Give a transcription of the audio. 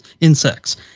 insects